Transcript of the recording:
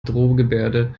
drohgebärde